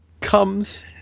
comes